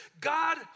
God